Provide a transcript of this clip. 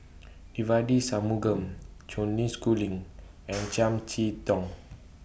Devagi Sanmugam Schooling and Chiam See Tong